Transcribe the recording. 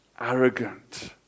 arrogant